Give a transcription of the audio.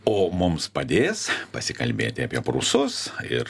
o mums padės pasikalbėti apie prūsus ir